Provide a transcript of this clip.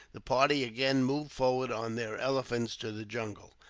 the party again moved forward on their elephants to the jungle.